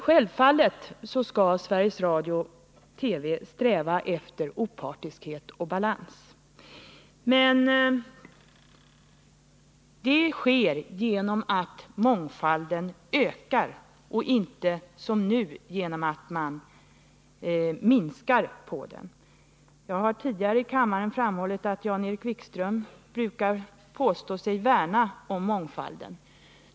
Självfallet skall Sveriges Radio sträva efter opartiskhet och balans. Men det sker genom att mångfalden ökar och inte, som nu, genom att man minskar den. Jag har tidigare i kammaren framhållit att Jan-Erik Wikström brukar påstå sig värna om mångfalden.